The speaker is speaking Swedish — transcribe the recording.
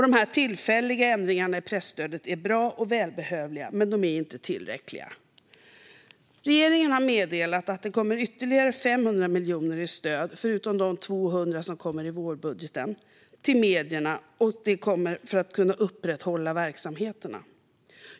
De tillfälliga ändringarna i presstödet är bra och behövliga, men de är inte tillräckliga. Regeringen har meddelat att det kommer ytterligare 500 miljoner i stöd till medierna förutom de 200 miljoner som kommer i vårbudgeten. Detta stöd kommer för att de ska kunna upprätthålla verksamheterna.